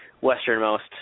westernmost